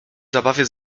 zabawie